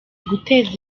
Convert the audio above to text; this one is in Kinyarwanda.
guteza